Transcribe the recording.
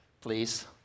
please